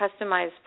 customized